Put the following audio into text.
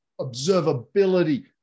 observability